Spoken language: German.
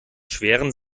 schweren